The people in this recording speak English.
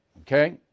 okay